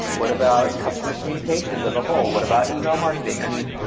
what about customer communications as a whole? what about email marketing? i mean,